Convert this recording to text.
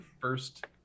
first